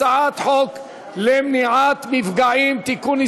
הצעת חוק למניעת מפגעים (תיקון,